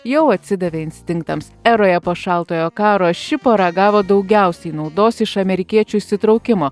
jau atsidavė instinktams eroje po šaltojo karo ši paragavo daugiausiai naudos iš amerikiečių įsitraukimo